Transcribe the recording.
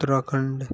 Uttarakhand